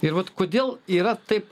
ir vat kodėl yra taip